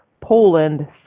Poland